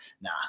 nah